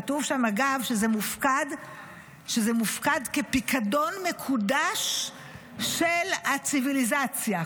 כתוב שם אגב שזה מופקד כפיקדון מקודש של הציוויליזציה,